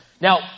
Now